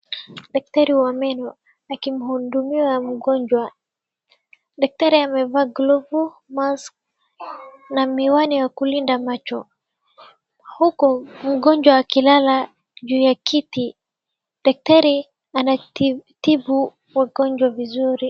Daktari wa meno akimhudumia mgonjwa, daktari amevaa glavu, mask na miwani ya kulinda macho. Huku mgonjwa akilala juu ya kiti daktari wanatibu wagonjwa vizuri.